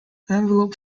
envelope